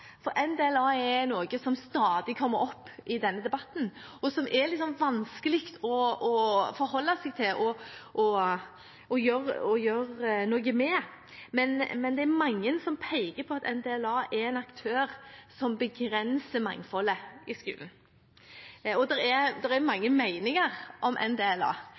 er noe som stadig kommer opp i denne debatten, og som er litt vanskelig å forholde seg til og gjøre noe med. Men det er mange som peker på at NDLA er en aktør som begrenser mangfoldet i skolen. Det er mange meninger om